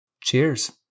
Cheers